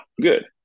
good